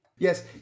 Yes